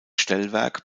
stellwerk